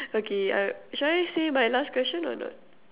okay I shall I say my last question or not